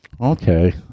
Okay